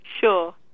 Sure